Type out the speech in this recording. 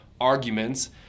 arguments